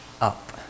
up